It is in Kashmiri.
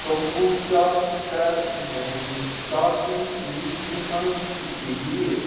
کمبوٗچا کَر میٛانہِ شاپنٛگ لسٹہٕ منٛز ڈِلیٖٹ